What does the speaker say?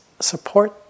support